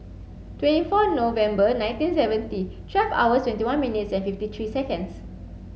twenty four November nineteen seventy twelve hours twenty one minutes and fifty three seconds